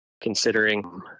considering